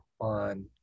on